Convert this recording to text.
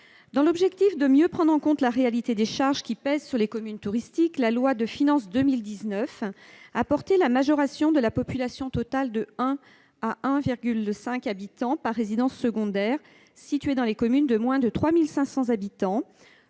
Afin de mieux prendre en compte la réalité des charges qui pèsent sur les communes touristiques, la loi de finances pour 2019 a porté la majoration de la population totale de 1 à 1,5 habitant par résidence secondaire située dans les communes de moins de 3 500 habitants,